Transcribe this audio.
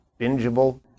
bingeable